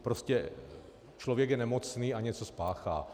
Prostě člověk je nemocný a něco spáchá.